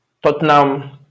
Tottenham